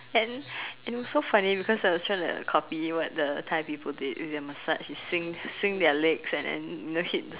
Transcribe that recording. and and it's so funny because I was trying to copy what the Thai people did with their massage and swing swing their legs and then know hit